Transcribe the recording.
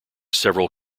several